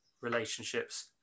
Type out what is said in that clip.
relationships